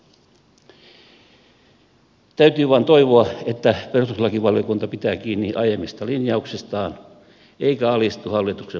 täytyy vain toivoa että perustuslakivaliokunta pitää kiinni aiemmista linjauksistaan eikä alistu hallituksen painostukseen